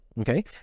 okay